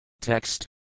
Text